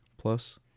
plus